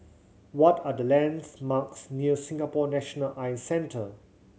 what are the lands marks near Singapore National Eye Centre